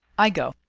i go.